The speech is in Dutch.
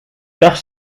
pech